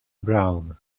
brown